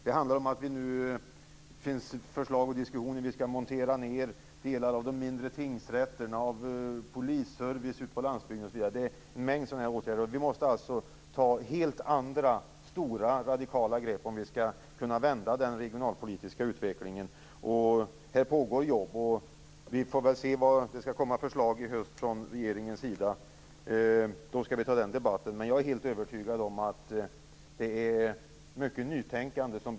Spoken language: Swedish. Det finns förslag om att vi skall montera ned delar av de mindre tingsrätterna, av polisservice ute på landsbygden. Det finns en mängd sådana här åtgärder. Vi måste alltså ta helt andra stora radikala grepp om vi skall kunna vända den regionalpolitiska utvecklingen. Det pågår arbete, och vi får väl se vilka förslag som kommer i höst från regeringen. Då skall vi ta den debatten. Men jag är helt övertygad om att det behövs mycket nytänkande.